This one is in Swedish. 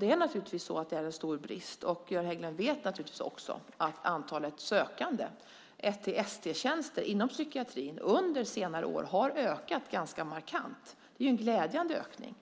Det är naturligtvis en stor brist. Göran Hägglund vet självfallet också att antalet sökande till ST-tjänster inom psykiatrin under senare år har ökat ganska markant. Det är en glädjande ökning.